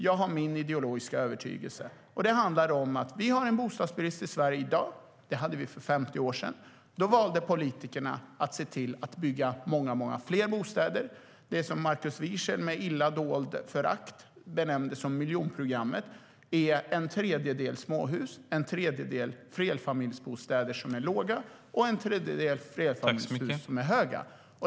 Jag har min ideologiska övertygelse. Vi har en bostadsbrist i Sverige i dag, och det hade vi även för 50 år sedan. Då valde politikerna att se till att bygga många, många fler bostäder. Det som Markus Wiechel med illa dolt förakt benämnde som miljonprogrammet är en tredjedel småhus, en tredjedel flerfamiljshus som är låga och en tredjedel flerfamiljshus som är höga.